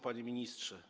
Panie Ministrze!